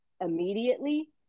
immediately